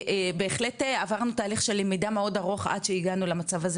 בהחלט עברנו תהליך של למידה מאוד ארוך עד שהגענו למצב הזה